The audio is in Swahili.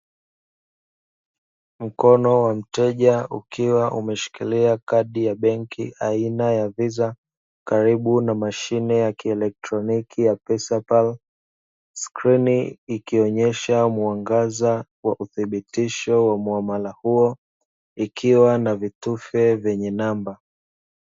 Mkono wa mteja ukiwa umeshikilia kadi ya benki aina ya viza, karibu na mashine ya kielekrtoniki ya "pesa pal", skrini ikionyesha mwangaza wa uthibitisho wa muamala huo, ikiwa na vitufe vyenye namba.